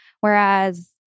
Whereas